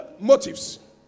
motives